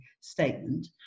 statement